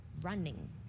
running